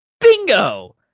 Bingo